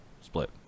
split